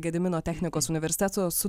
gedimino technikos universiteto su